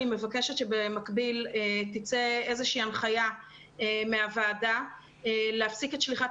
אני מבקשת שבמקביל תצא איזושהי הנחיה מהוועדה להפסיק את שליחת